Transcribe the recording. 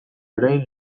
orain